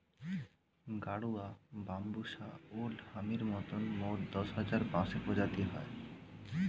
গাডুয়া, বাম্বুষা ওল্ড হামির মতন মোট দশ হাজার বাঁশের প্রজাতি হয়